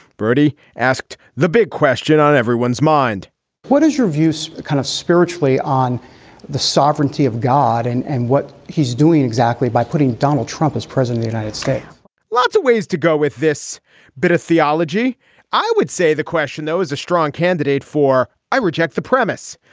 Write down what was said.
birdy asked the big question on everyone's mind what is your views kind of spiritually on the sovereignty of god and and what he's doing exactly by putting donald trump is present, the united states lots of ways to go with this bit of theology i would say the question, though, is a strong candidate for i reject the premise.